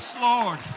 Lord